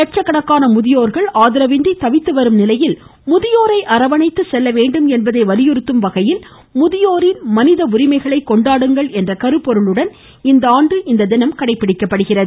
லட்சக்கணக்கான முதியோர்கள் ஆதரவின்றி தவித்துவரும் நிலையில் முதியோரை அரவணைத்து செல்லவேண்டும் என்பதை வலியுறுத்தும் வகையில் கொண்டாடுங்கள் என்ற கருப்பொருளுடன் இந்தஆண்டு இத்தினம் கடைப்பிடிக்கப்படுகிறது